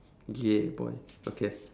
yeah boy okay